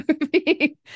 movie